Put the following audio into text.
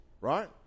right